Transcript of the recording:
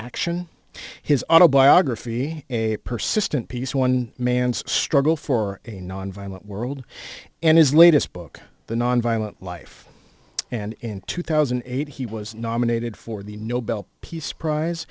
action his autobiography a persistent piece one man's struggle for a nonviolent world and his latest book the nonviolent life and in two thousand and eight he was nominated for the nobel peace prize